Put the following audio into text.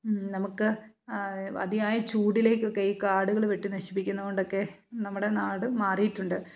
നമുക്ക് അതിയായ ചൂടിലേക്കൊക്കെ ഈ കാടുകൾ വെട്ടി നശിപ്പിക്കുന്നതുകൊണ്ടൊക്കെ നമ്മുടെ നാട് മാറിയിട്ടുണ്ട്